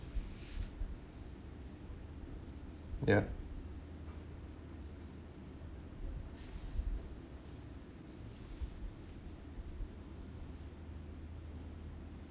ya